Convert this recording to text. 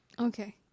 Okay